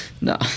No